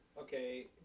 Okay